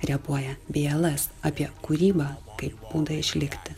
repuoja bls apie kūrybą kaip būdą išlikti